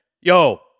Yo